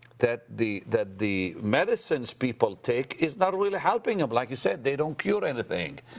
that the that the medicines people take is not really helping them. like you said, they don't cure anything.